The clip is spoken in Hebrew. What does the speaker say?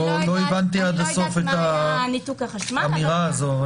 לא הבנתי עד הסוף את האמירה הזו.